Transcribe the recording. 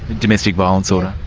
domestic violence order?